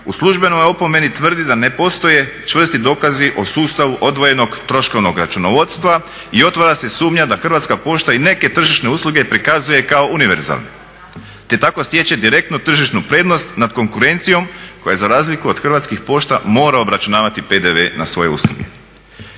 u službenoj opomeni tvrdi da ne postoje čvrsti dokazi o sustavu odvojenog troškovnog računovodstva i otvara se sumnja da Hrvatska pošta i neke tržišne usluge prikazuje kao univerzalnim te tako stječe direktnu tržišnu prednost nad konkurencijom koja za razliku od Hrvatskih pošta mora obračunavati PDV na svoje usluge.